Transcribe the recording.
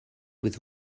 with